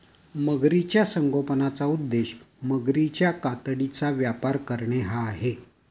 मगरीच्या संगोपनाचा उद्देश मगरीच्या कातडीचा व्यापार करणे हा आहे